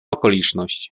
okoliczność